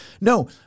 No